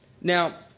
Now